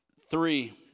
Three